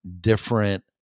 different